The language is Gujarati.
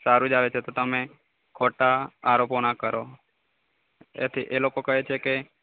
સારું જ આવે છે તો તમે ખોટા આરોપો ના કરો એથી એ લોકો કહે છે કે